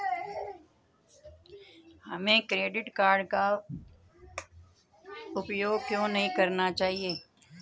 हमें credit card का उपयोग क्यों नहीं करना चाहिए?